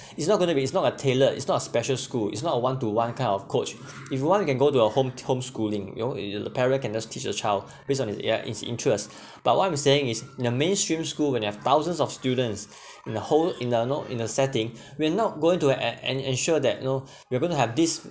it's not going to be it's not a tailored is not a special school it's not a one to one kind of coach if you want you can go to a home home schooling you know you the parent can just teach the child based on their in~ interest but what I'm saying is the mainstream school when they have thousands of students in a whole in the know in a setting we're not going to en~ en~ensure that you know we're going to have this